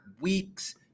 weeks